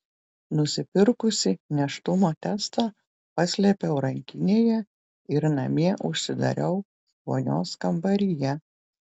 nusipirkusi nėštumo testą paslėpiau rankinėje ir namie užsidariau vonios kambaryje